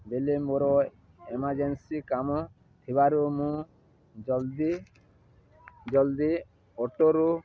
ବେଳେ ମୋର ଏମର୍ଜେନ୍ସି କାମ ଥିବାରୁ ମୁଁ ଜଲ୍ଦି ଜଲ୍ଦି ଅଟୋରୁ